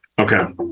Okay